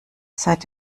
seit